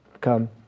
come